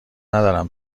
ندارم